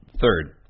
Third